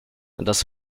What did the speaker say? das